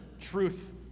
truth